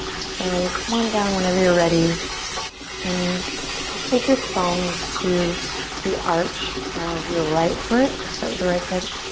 so come on down whenever you're ready and just take your thumbs to the arch of your right foot. let's start with the right foot.